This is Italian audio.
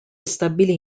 stabilì